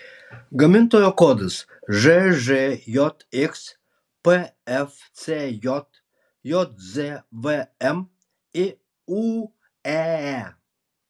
gamintojo kodas žžjx pfcj jzvm iūee